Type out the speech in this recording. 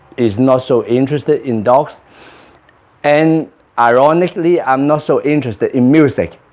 is not so interested in dogs and ironically, i'm not so interested in music